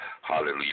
hallelujah